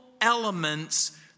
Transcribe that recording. elements